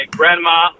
grandma